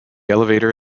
elevator